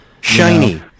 shiny